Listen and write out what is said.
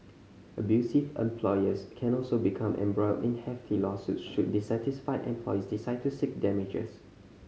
abusive employers can also become embroiled in hefty lawsuits should dissatisfied employees decide to seek damages